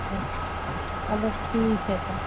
چلو ٹھیک ہے سر